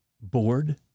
bored